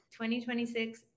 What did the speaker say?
2026